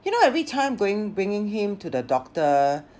you know every time going bringing him to the doctor